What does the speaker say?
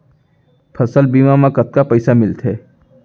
फसल बीमा म कतका पइसा मिलथे?